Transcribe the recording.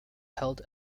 held